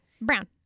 brown